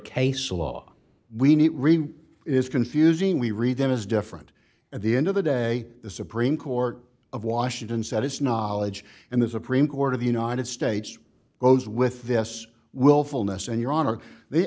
case law we need is confusing we read them as different at the end of the day the supreme court of washington said it's knowledge and the supreme court of the united states goes with this willfulness and your honor the